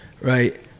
right